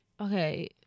okay